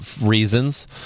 reasons